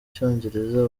icyongereza